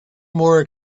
more